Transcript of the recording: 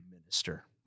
minister